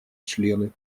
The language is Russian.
члены